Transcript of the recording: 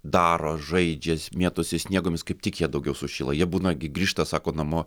daro žaidžias mėtosi sniegu kaip tik jie daugiau sušyla jie būna gi grįžta sako namo